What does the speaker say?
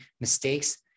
mistakes